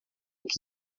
que